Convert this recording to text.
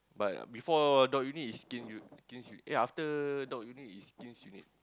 but before dog unit is kins u~ kins u~ eh after dog unit is kins unit